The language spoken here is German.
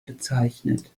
bezeichnet